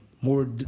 more